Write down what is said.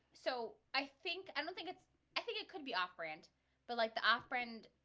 so i think i don't think it's i think it could be operant but like the operand